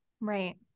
Right